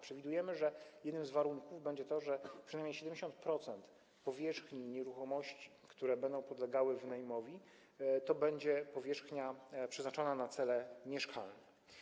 Przewidujemy, że jednym z warunków będzie to, że przynajmniej 70% powierzchni nieruchomości, które będą podlegały wynajmowi, to będzie powierzchnia przeznaczona na cele mieszkalne.